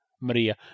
Maria